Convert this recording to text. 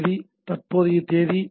தேதி தற்போதைய தேதி எம்